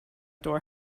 door